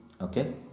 Okay